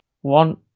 one